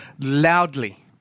loudly